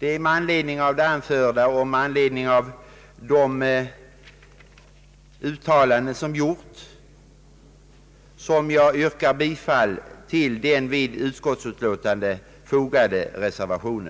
Med anledning av det anförda och av de gjorda uttalandena yrkar jag bifall till den vid utskottsutlåtandet fogade reservationen.